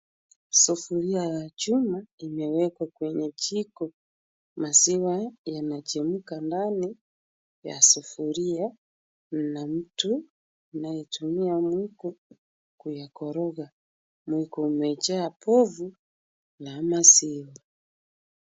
Sufuria ya chuma imewekwa kwenye jiko, maziwa yanachemka ndani ya sufuria na mtu anayetumia mwiko kuyakoroga. Mwiko imejaa povu na maziwa.